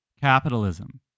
capitalism